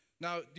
Now